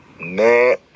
Man